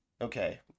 okay